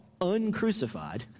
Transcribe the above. uncrucified